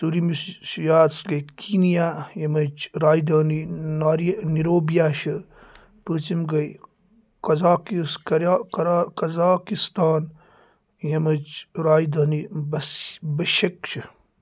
ژوٗرم گٔے کینیا ییٚمِچ راجدھٲنی نِروبیا چھِ پونٛژھم گیٚے کزاکس کٔریا کزاکستان ییٚمٕچ راجدھٲنی بس بٔشک چھِ